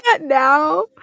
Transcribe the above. now